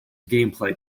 gameplay